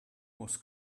was